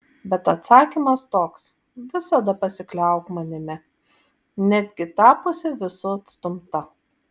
bet atsakymas toks visada pasikliauk manimi netgi tapusi visų atstumta